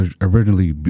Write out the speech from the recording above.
originally